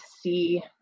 see